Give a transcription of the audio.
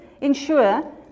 ensure